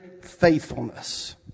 faithfulness